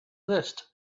list